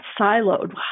siloed